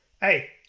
Hey